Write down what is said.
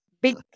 big